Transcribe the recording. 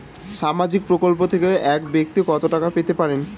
সামাজিক প্রকল্প থেকে এক ব্যাক্তি কত টাকা পেতে পারেন?